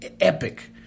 epic